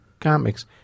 comics